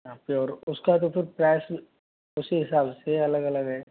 हाँ फिर उसका तो फिर प्राइज़ उसी हिसाब से अलग अलग है